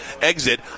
exit